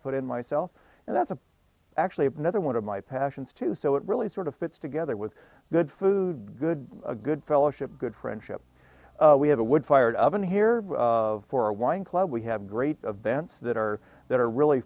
put in myself and that's actually another one of my passions too so it really sort of fits together with good food good good fellowship good friendship we have a wood fired oven here for a wine club we have great events that are that are really